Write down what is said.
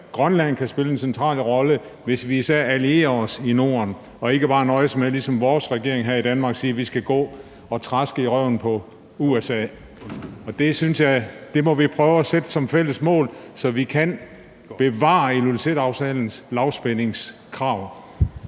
Grønland kan spille en central rolle, hvis vi især allierer os i Norden og ikke bare nøjes med – ligesom vores regering her i Danmark – at sige, at vi skal gå og traske i røven på USA. Det synes jeg vi må prøve at sætte som fælles mål, så vi kan bevare Ilulissaterklæringens lavspændingskrav.